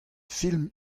film